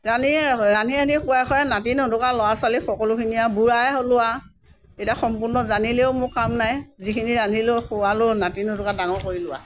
ৰান্ধি ৰান্ধি ৰান্ধি খুৱাই খুৱাই নাতি নাতিনা ল'ৰা ছোৱালী সকলোখিনি আৰু বুঢ়াই হ'লো আৰু এতিয়া সম্পূৰ্ণ জানিলেও মোৰ কাম নাই যিখিনি জানিলো খোৱালো নাতি নাতিনা ডাঙৰ কৰিলো আ